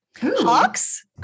Hawks